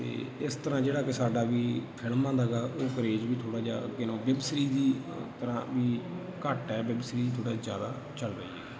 ਅਤੇ ਇਸ ਤਰ੍ਹਾਂ ਜਿਹੜਾ ਕਿ ਸਾਡਾ ਵੀ ਫਿਲਮਾਂ ਦਾ ਹੈਗਾ ਉਹ ਕਰੇਜ਼ ਵੀ ਥੋੜ੍ਹਾ ਜਿਹਾ ਅੱਗੇ ਨਾਲੋਂ ਵੈਬ ਸੀਰੀਜ਼ ਦੀ ਤਰ੍ਹਾਂ ਵੀ ਘੱਟ ਹੈ ਵੈਬ ਸੀਰੀਜ਼ ਥੋੜ੍ਹਾ ਜ਼ਿਆਦਾ ਚੱਲ ਰਹੀ ਹੈ